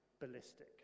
ballistic